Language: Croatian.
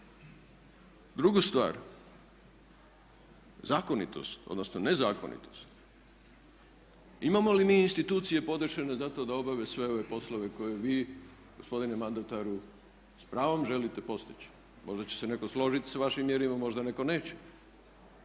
Druga stvar, zakonitost odnosno nezakonitost, imamo li mi institucije podešene za to da obave sve ove poslove koje vi gospodine mandataru s pravom želite postići? Možda će se netko složiti s vašim mjerama, možda netko neće.